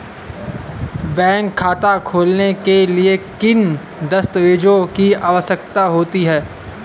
Bank खाता खोलने के लिए किन दस्तावेजों की आवश्यकता होती है?